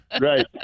right